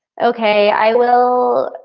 okay, i will,